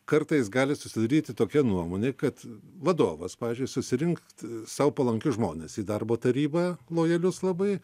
kartais gali susidaryti tokia nuomonė kad vadovas pavyzdžiui susirinkt sau palankius žmones į darbo tarybą lojalius labai